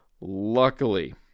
Luckily